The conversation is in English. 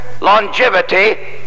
longevity